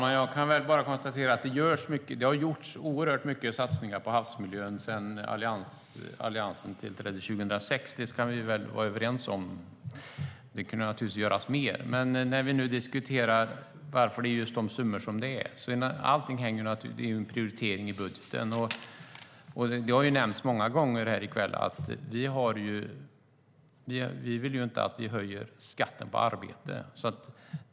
Herr talman! Jag kan konstatera att det har gjorts oerhört mycket satsningar på havsmiljön sedan Alliansen tillträdde 2006. Det kan vi väl vara överens om. Men naturligtvis kan det göras mer. När det gäller varför vi har just de summor vi har handlar det om prioriteringar i budgeten. Det har nämnts många gånger här i kväll att vi inte vill höja skatten på arbete.